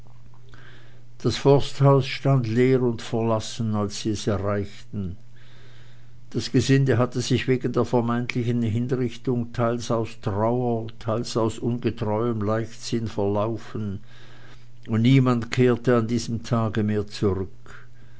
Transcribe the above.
das forsthaus stand leer und verlassen als sie es erreichten das gesinde hatte sich wegen der vermeintlichen hinrichtung teils aus trauer teils aus ungetreuem leichtsinn verlaufen und niemand kehrte an diesem tage mehr zurück